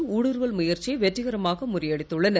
ஊடுறுவல் முயற்சியை வெற்றிகரமாக முறியடித்துள்ளனர்